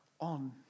on